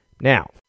Now